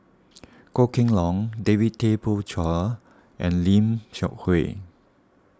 Goh Kheng Long David Tay Poey Cher and Lim Seok Hui